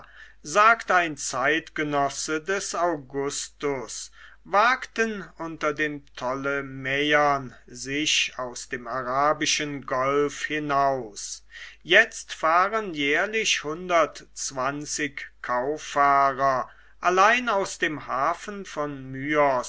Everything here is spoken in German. sagt ein zeitgenosse des augustus wagten unter den ptolemäern sich aus dem arabischen golf hinaus jetzt fahren jährlich hundert kauffahrer allein aus dem hafen von